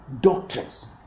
doctrines